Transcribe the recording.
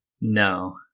No